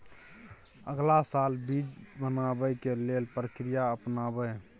अगला साल बीज बनाबै के लेल के प्रक्रिया अपनाबय?